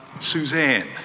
Suzanne